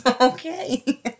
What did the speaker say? Okay